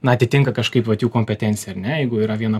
na atitinka kažkaip vat jų kompetenciją ar ne jeigu yra viena